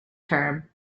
term